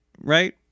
right